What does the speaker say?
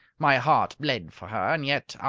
my heart bled for her. and yet,